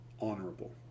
honorable